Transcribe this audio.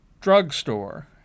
drugstore